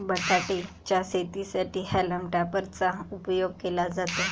बटाटे च्या शेतीसाठी हॉल्म टॉपर चा उपयोग केला जातो